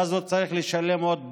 ואז הוא צריך לשלם עוד פעם.